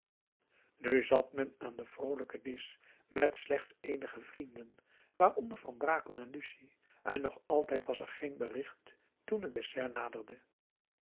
nu zat men aan den vroolijken disch met slechts eenige vrienden waaronder van brakel en lucie en nog altijd was er geen bericht toen het dessert naderde